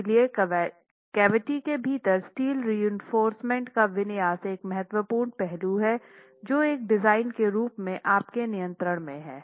इसलिए कैविटी के भीतर स्टील रीइंफोर्स्मेंट का विन्यास एक महत्वपूर्ण पहलू है जो एक डिज़ाइनर के रूप में आपके नियंत्रण में है